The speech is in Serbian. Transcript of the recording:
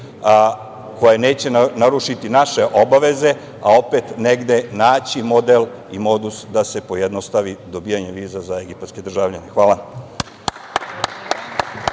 koje neće narušiti naše obaveze, a opet negde naći model i modus da se pojednostavi dobijanje viza za egipatske državljane. Hvala.